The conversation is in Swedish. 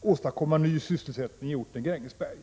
åstadkomma ny sysselsättning i orten Grängesberg.